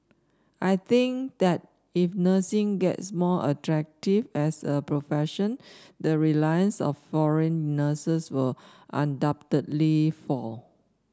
I think that if nursing gets more attractive as a profession the reliance on foreign nurses will undoubtedly fall